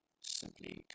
simply